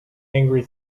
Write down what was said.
angry